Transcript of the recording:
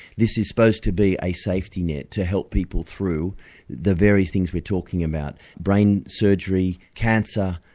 this is supposed to be a safety net to help people through the very things we're talking about brain surgery, cancer,